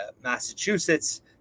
Massachusetts